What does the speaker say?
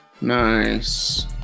nice